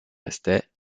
restait